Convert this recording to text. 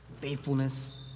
faithfulness